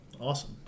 Awesome